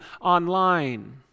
online